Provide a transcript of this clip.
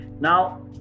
now